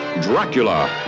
Dracula